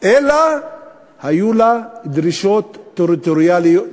אלא היו לה דרישות טריטוריאליות,